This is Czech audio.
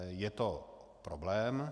Je to problém.